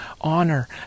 honor